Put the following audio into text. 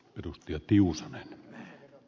arvoisa herra puhemies